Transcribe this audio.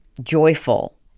joyful